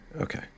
okay